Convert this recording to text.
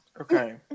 Okay